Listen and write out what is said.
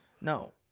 No